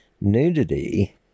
nudity